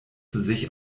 sich